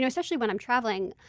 especially when i'm traveling.